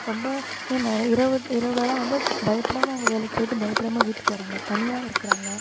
ரொம்ப ஏன் நெ இரவு இரவிலேலாம் வந்து பயப்படாம அவங்க வேலைக்கு போய்ட்டு பயப்படாம வீட்டுக்கு வராங்கள் தனியாக இருக்கிறாங்க